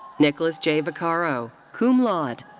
nicholas j. vaccaro, cum laude.